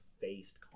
faced